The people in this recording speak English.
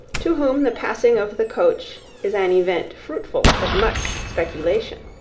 to whom the passing of the coach is an event fruitful of much speculation.